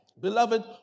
Beloved